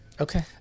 Okay